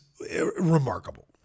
remarkable